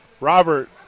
Robert